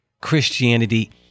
Christianity